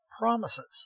Promises